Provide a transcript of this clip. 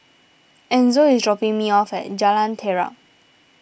Enzo is dropping me off at Jalan Terap